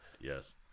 Yes